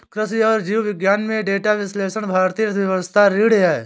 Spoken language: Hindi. कृषि और जीव विज्ञान में डेटा विश्लेषण भारतीय अर्थव्यवस्था की रीढ़ है